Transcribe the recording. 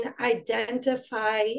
identify